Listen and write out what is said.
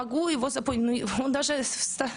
אבל אין אפילו שפה אנגלית באתר.